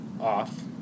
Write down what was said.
off